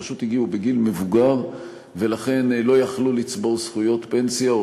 פשוט הגיעו בגיל מבוגר ולכן לא היו יכולים לצבור זכויות פנסיה,